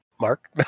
Mark